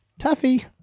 Tuffy